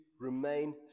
remain